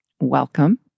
Welcome